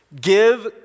give